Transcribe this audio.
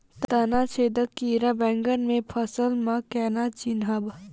तना छेदक कीड़ा बैंगन केँ फसल म केना चिनहब?